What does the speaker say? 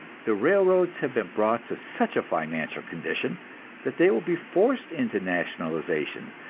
the railroads have been brought to such a financial condition that they will be forced into nationalization,